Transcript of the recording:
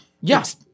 Yes